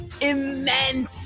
immense